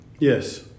Yes